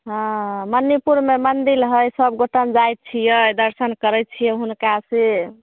हँ मन्दिर पुरना मन्दिर हय सब गोटा जाइ छियै दर्शन करै छियै हुनकासँ